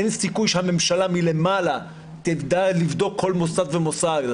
אין סיכוי שהממשלה למעלה תדע לבדוק כל מוסד ומוסד.